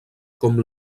com